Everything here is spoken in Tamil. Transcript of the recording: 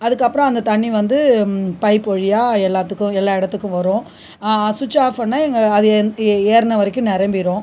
அதுக்கு அப்புறம் அந்த தண்ணி வந்து பைப்பு வழியாக எல்லாத்துக்கும் எல்லாயெடத்துக்கும் வரும் சுச்சி ஆஃப் பண்ணால் எங்கே அது ஏறின வரைக்கும் நிரம்பிடும்